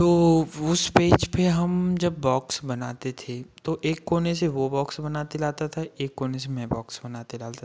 तो उस पेज पर हम जब बॉक्स बनाते थे तो एक कोने से वो बॉक्स बना के दलाता था एक कोने से मैं बोक्स बना के डालाता था